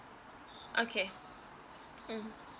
okay mm